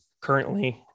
currently